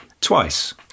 twice